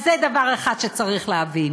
אז זה דבר אחד שצריך להבין.